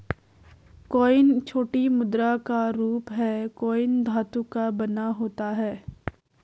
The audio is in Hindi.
कॉइन छोटी मुद्रा का रूप है कॉइन धातु का बना होता है